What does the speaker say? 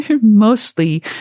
mostly